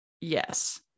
yes